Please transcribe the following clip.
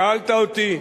שאלת אותי,